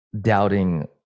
doubting